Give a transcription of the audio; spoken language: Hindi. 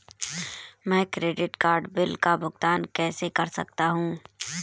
मैं क्रेडिट कार्ड बिल का भुगतान कैसे कर सकता हूं?